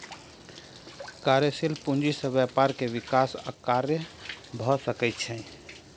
कार्यशील पूंजी से व्यापार के विकास आ कार्य भ सकै छै